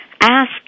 ask